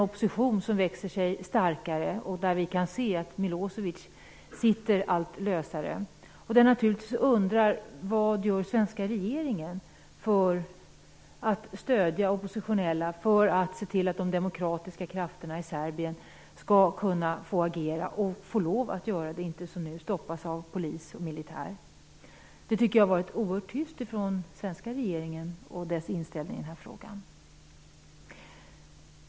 Oppositionen växer sig starkare och vi kan se att Milosevic sitter allt lösare. Jag undrar: Vad gör den svenska regeringen för att stödja oppositionella, för att se till att de demokratiska krafterna i Serbien kan agera och inte som nu stoppas av polis och militär? Jag tycker att det har varit oerhört tyst från den svenska regeringen när det gäller regeringens inställning i den här frågan.